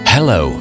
Hello